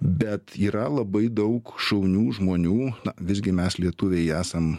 bet yra labai daug šaunių žmonių visgi mes lietuviai esam